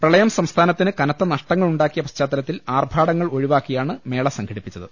പ്രളയം സംസ്ഥാനത്തിന് കനത്ത നഷ്ടങ്ങൾ ഉണ്ടാക്കിയ പശ്ചാത്തലത്തിൽ ആർഭാടങ്ങൾ ഒഴിവാക്കിയാണ് മേള സംഘടി പ്പിച്ചിരിക്കുന്നത്